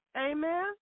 Amen